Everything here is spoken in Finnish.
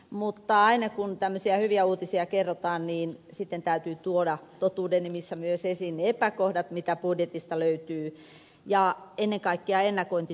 mutta aina kun tämmöisiä hyviä uutisia kerrotaan niin sitten täytyy tuoda totuuden nimissä myös esiin ne epäkohdat mitä budjetista löytyy ja ennen kaikkea tulevan ennakointi